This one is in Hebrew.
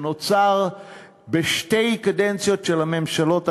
שנוצר בשתי קדנציות של הממשלות הקודמות,